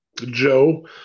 Joe